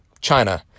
China